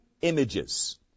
images